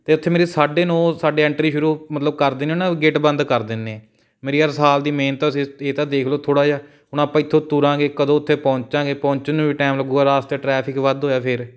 ਅਤੇ ਉੱਥੇ ਮੇਰੇ ਸਾਢੇ ਨੌ ਸਾਡੀ ਐਂਟਰੀ ਸ਼ੁਰੂ ਮਤਲਬ ਕਰ ਦਿੰਦੇ ਉਹਨਾਂ ਨੇ ਗੇਟ ਬੰਦ ਕਰ ਦਿੰਦੇ ਮੇਰੀ ਯਾਰ ਸਾਲ ਦੀ ਮਿਹਨਤ ਤੁਸੀਂ ਇਹ ਤਾਂ ਦੇਖ ਲਉ ਥੋੜ੍ਹਾ ਜਿਹਾ ਹੁਣ ਆਪਾਂ ਇੱਥੋਂ ਤੁਰਾਂਗੇ ਕਦੋਂ ਉੱਥੇ ਪਹੁੰਚਾਂਗੇ ਪਹੁੰਚਣ ਨੂੰ ਵੀ ਟਾਇਮ ਲੱਗੂਗਾ ਰਾਸਤੇ 'ਚ ਟਰੈਫਿਕ ਵਾਧੂੂ ਹੈ ਫਿਰ